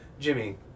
Jimmy